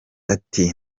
ati